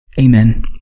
Amen